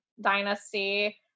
dynasty